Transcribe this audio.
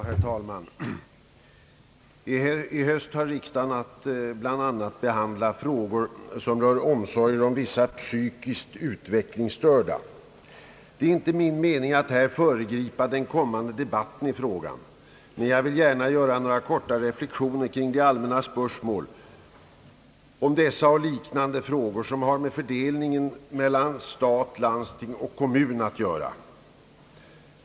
Herr talman! I höst har riksdagen haft bl.a. att behandla frågor som rör »omsorger om vissa psykiskt utvecklingsstörda». Det är inte min mening att här föregripa den kommande debatten i frågan, men jag vill gärna göra några korta reflexioner kring de allmänna spörsmålen i dessa och liknande frågor som har med fördelningen mellan stat, landsting och kommun att göra.